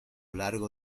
largo